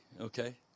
okay